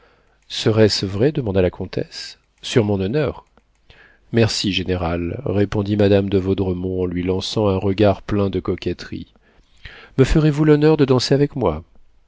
serait-ce vrai demanda la comtesse sur mon honneur merci général répondit madame de vaudremont en lui lançant un regard plein de coquetterie me ferez-vous l'honneur de danser avec moi